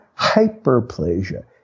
Hyperplasia